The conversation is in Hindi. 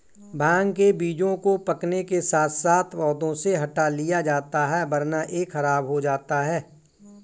भांग के बीजों को पकने के साथ साथ पौधों से हटा लिया जाता है वरना यह खराब हो जाता है